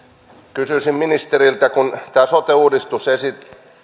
kysyisin ministeriltä kun tämä sote uudistus